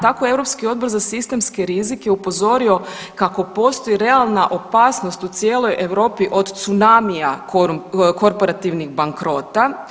Tako je Europski odbor za sistemske rizike upozorio kako postoji realna opasnost u cijeloj Europi od tsunamija korporativnih bankrota.